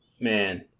Man